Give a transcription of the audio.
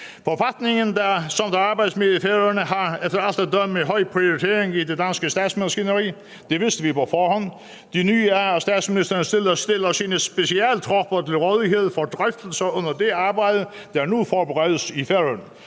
Forfatningen, der arbejdes med i Færøerne, har efter alt at dømme høj prioritering i det danske statsmaskineri. Det vidste vi på forhånd. Det nye er, at statsministeren stiller sine specialtropper til rådighed for drøftelser under det arbejde, der nu forberedes i Færøerne.